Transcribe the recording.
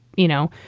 you know,